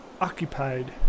occupied